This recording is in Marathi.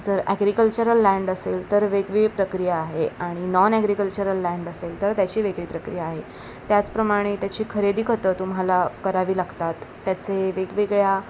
जर ॲग्रीकल्चरल लँड असेल तर वेगळी प्रक्रिया आहे आणि नॉन ॲग्रीकल्चरल लँड असेल तर त्याची वेगळी प्रक्रिया आहे त्याचप्रमाणे त्याची खरेदीखतं तुम्हाला करावी लागतात त्याचे वेगवेगळ्या